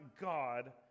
God